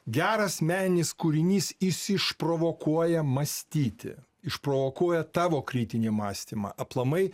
geras meninis kūrinys jis išprovokuoja mąstyti išprovokuoja tavo kritinį mąstymą aplamai